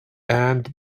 and